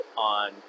on